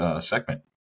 segment